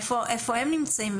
איפה הם נמצאים?